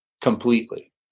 completely